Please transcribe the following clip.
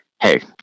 hey